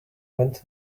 went